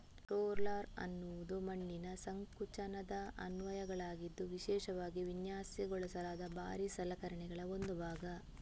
roller ಅನ್ನುದು ಮಣ್ಣಿನ ಸಂಕೋಚನದ ಅನ್ವಯಗಳಿಗಾಗಿ ವಿಶೇಷವಾಗಿ ವಿನ್ಯಾಸಗೊಳಿಸಲಾದ ಭಾರೀ ಸಲಕರಣೆಗಳ ಒಂದು ಭಾಗ